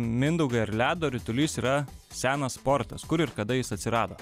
mindaugai ar ledo ritulys yra senas sportas kur ir kada jis atsirado